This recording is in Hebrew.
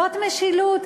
זאת משילות?